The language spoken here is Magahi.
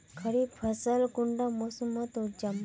खरीफ फसल कुंडा मोसमोत उपजाम?